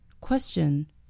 Question